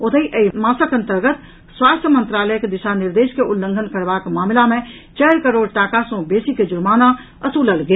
ओतहि एहि मासक अंतर्गत स्वास्थ्य मंत्रालयक दिशा निर्देश के उल्लंघन करबाक मामिला मे चारि करोड़ टाका सॅ बेसी के जुर्माना असूलल गेल